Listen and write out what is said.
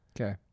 Okay